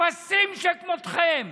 אפסים שכמותכם,